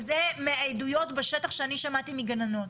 וזה מהעדויות בשטח שאני שמעתי מגננות.